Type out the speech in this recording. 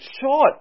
short